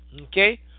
okay